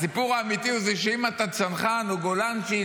הסיפור האמיתי הוא שאם אתה צנחן או גולנצ'יק,